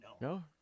No